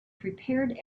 prepared